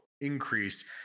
increase